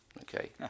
Okay